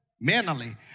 Mentally